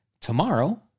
tomorrow